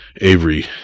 Avery